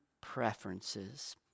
preferences